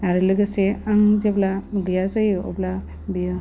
आरो लोगोसे आं जेब्ला गैया जायो अब्ला बियो